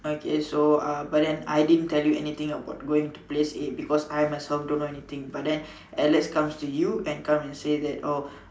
okay so uh but then I didn't tell you anything about going to this place A because I myself don't know anything but then Alex comes to you and come and say that oh